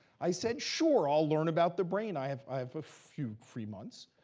i said, sure, i'll learn about the brain. i have i have a few free months.